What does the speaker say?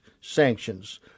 sanctions